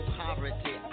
poverty